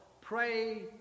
pray